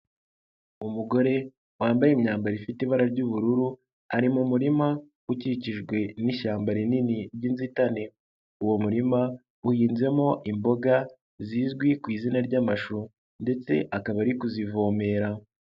Umugore wambaye imyambaro ifite ibara ry'ubururu ari mu murima ukikijwe n'ishyamba rinini ry'inzitane, uwo murima uhinzemo imboga zizwi ku izina ry'amashu ndetse akaba ari kuzivomera.